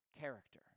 character